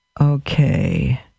Okay